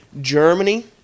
Germany